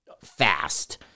fast